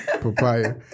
Papaya